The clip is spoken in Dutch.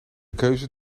keuze